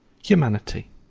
humanity,